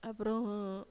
அப்புறோம்